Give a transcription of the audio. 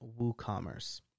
WooCommerce